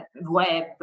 web